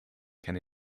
can